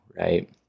Right